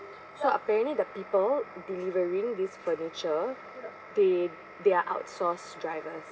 so apparently the people delivering this furniture they they are outsourced drivers